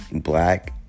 black